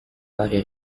varie